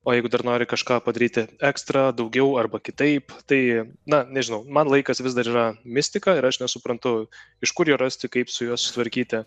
o jeigu dar nori kažką padaryti ekstra daugiau arba kitaip tai na nežinau man laikas vis dar yra mistika ir aš nesuprantu iš kur jo rasti kaip su juo susitvarkyti